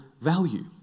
value